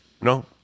No